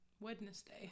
Wednesday